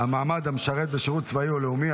המשרת בשירות צבאי או לאומי,